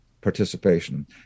participation